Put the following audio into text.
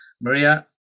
Maria